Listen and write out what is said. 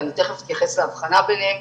ואני תיכף אתייחס להבחנה ביניהם,